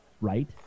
right